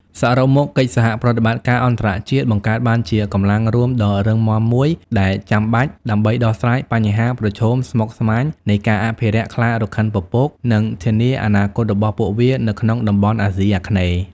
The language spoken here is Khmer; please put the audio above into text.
សរុបមក កិច្ចសហប្រតិបត្តិការអន្តរជាតិបង្កើតបានជាកម្លាំងរួមដ៏រឹងមាំមួយ ដែលចាំបាច់ដើម្បីដោះស្រាយបញ្ហាប្រឈមស្មុគស្មាញនៃការអភិរក្សខ្លារខិនពពក និងធានាអនាគតរបស់ពួកវានៅក្នុងតំបន់អាស៊ីអាគ្នេយ៍។